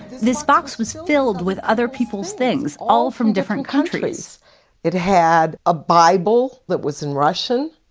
this box was filled with other people's things all from different countries it had a bible that was in russian,